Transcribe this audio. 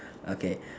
okay